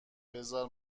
بزار